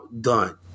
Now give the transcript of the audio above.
done